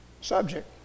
subject